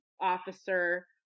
officer